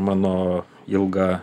mano ilgą